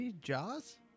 Jaws